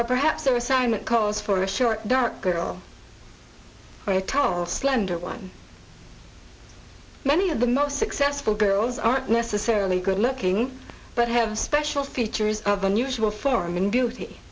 but perhaps their assignment calls for a short dark girl i call slender one many of the most successful girls aren't necessarily good looking but have special features of the mutual form and beauty